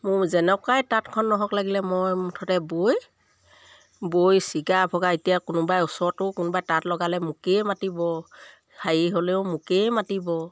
মোৰ যেনেকুৱাই তাঁতখন নহওক লাগিলে মই মুঠতে বৈ বৈ ছিগা ভগা এতিয়া কোনোবাই ওচৰতো কোনোবাই তাঁত লগালে মোকেই মাতিব হেৰি হ'লেও মোকেই মাতিব